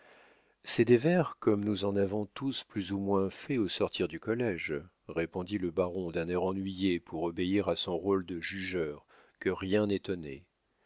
c'est des vers comme nous en avons tous plus ou moins fait au sortir du collége répondit le baron d'un air ennuyé pour obéir à son rôle de jugeur que rien